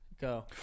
Go